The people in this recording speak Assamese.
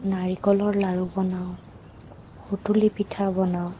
নাৰিকলৰ লাৰু বনাওঁ সুতুলি পিঠা বনাওঁ